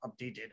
updated